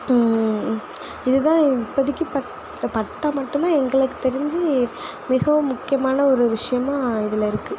இது தான் இப்பொதைக்கி பட்ட பட்டா மட்டுந்தான் எங்களுக்கு தெரிஞ்சு மிகவும் முக்கியமான ஒரு விஷயமாக இதில் இருக்குது